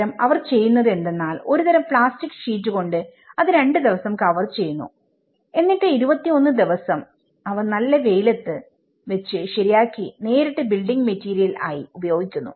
പകരം അവർ ചെയ്യുന്നത് എന്തെന്നാൽ ഒരു തരം പ്ലാസ്റ്റിക് ഷീറ്റ് കൊണ്ട് അത് 2 ദിവസം കവർ ചെയ്യുന്നു എന്നിട്ട് 21 days അവ നല്ല വെയിലത്ത് വെച്ച് ശരിയാക്കി നേരിട്ട് ബിൽഡിംഗ് മെറ്റീരിയൽ ആയി ഉപയോഗിക്കുന്നു